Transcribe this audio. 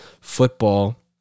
Football